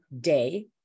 day